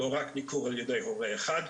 לא רק ניכור על ידי הורה אחד.